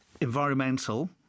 environmental